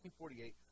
1948